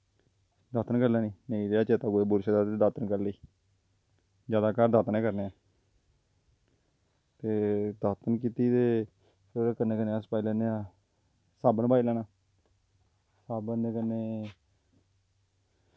दातन करी लैनी नेईं रवै चेत्ता बुर्श दा ते दातन करी लेई जादातर दातन गै करने ते दात्तन कीती ते ओह्दे कन्नै कन्नै अस पाई लैन्ने आं साबन पाई लैना साबन दे कन्नै